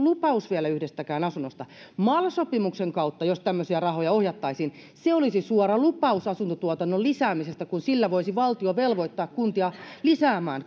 edes lupaus vielä yhdestäkään asunnosta jos mal sopimuksen kautta tämmöisiä rahoja ohjattaisiin se olisi suora lupaus asuntotuotannon lisäämisestä kun sillä voisi valtio velvoittaa kuntia lisäämään